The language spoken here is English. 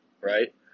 Right